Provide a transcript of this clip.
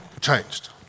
changed